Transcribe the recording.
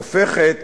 הופכת,